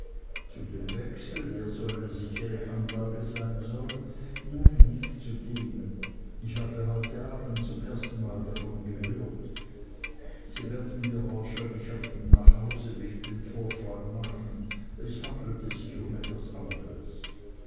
zu dem wechsel der so eine sichere anlage sein soll nein nicht zu dem ich habe heute abends zum erstenmal davon gehört sie werden mir wahrscheinlich auf dem nachhauseweg den vorschlag machen es handelte sich um etwas anderes